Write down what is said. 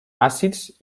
àcids